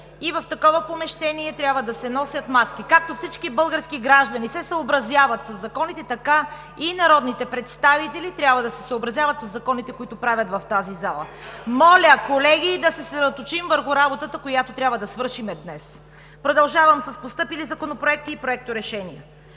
и в такова помещение трябва да се носят маски. Както всички български граждани се съобразяват със законите, така и народните представители трябва да се съобразяват със законите, които правят в тази зала. Моля, колеги, да се съсредоточим върху работата, която трябва да свършим днес! Продължавам с постъпили законопроекти и проекторешения: